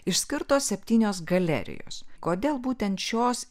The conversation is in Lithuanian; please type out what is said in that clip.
išskirtos septynios galerijos kodėl būtent šios